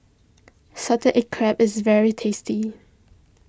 Salted Egg Crab is very tasty